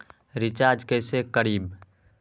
Recharge कैसे करीब?